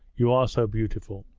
you are so beautiful